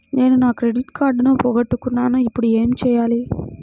నేను నా క్రెడిట్ కార్డును పోగొట్టుకున్నాను ఇపుడు ఏం చేయాలి?